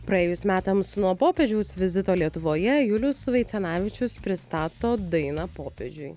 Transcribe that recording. praėjus metams nuo popiežiaus vizito lietuvoje julius vaicenavičius pristato dainą popiežiui